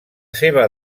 seva